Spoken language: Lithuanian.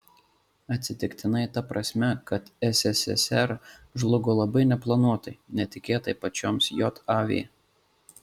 atsitiktinai ta prasme kad sssr žlugo labai neplanuotai netikėtai pačioms jav